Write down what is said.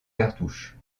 cartouches